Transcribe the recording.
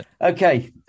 Okay